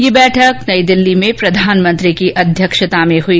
यह बैठक नई दिल्ली में प्रधानमंत्री की अध्यक्षता में हुई